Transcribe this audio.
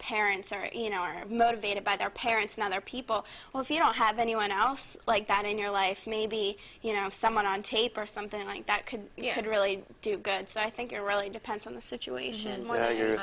parents or you know are motivated by their parents not their people well if you don't have anyone else like that in your life maybe you know someone on tape or something like that could really do good so i think it really depends on the situation